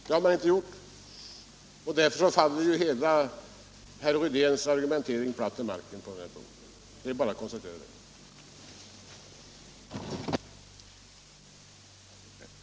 Det har bankinspektionen inte gjort, och därmed faller ju hela herr Rydéns argumentering platt till marken på den här punkten. Det är bara att konstatera det.